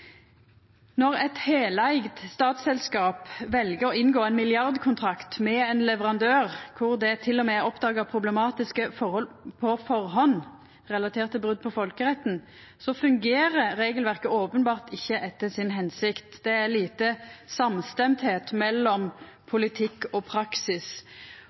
Når eit heileigd statsselskap vel å inngå ein milliardkontrakt med ein leverandør der det til og med er oppdaga problematiske forhold på førehand relaterte til brot på folkeretten, fungerer regelverket openbert ikkje etter hensikta. Politikk og praksis er her lite samstemde. Eg lurer på om ikkje statsråden og